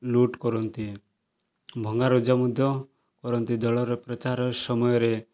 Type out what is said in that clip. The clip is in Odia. ଲୁଟ୍ କରନ୍ତି ଭଙ୍ଗାରୁଜା ମଧ୍ୟ କରନ୍ତି ଦଳର ପ୍ରଚାର ସମୟରେ